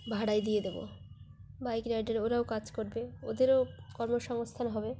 ভাড়ায় দিয়ে দেবো বাইক রাইডার ওরাও কাজ করবে ওদেরও কর্মসংস্থান হবে